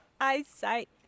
eyesight